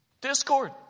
Discord